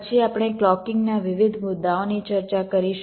પછી આપણે ક્લૉકિંગ ના વિવિધ મુદ્દાઓની ચર્ચા કરીશું